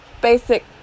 basic